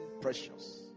precious